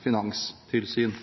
finanstilsyn.